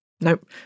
nope